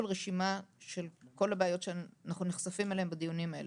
רשימה של כל הבעיות שאנחנו נחשפים אליהן בדיונים האלה.